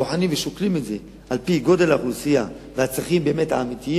בוחנים ושוקלים את זה על-פי גודל האוכלוסייה והצרכים האמיתיים.